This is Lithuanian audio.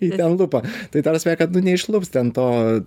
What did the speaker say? jį ten lupa tai ta prasme kad nu neišlups ten to